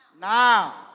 Now